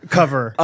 cover